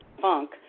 funk